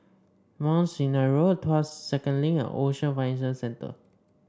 Mount Sinai Road Tuas Second Link and Ocean Financial Centre